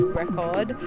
record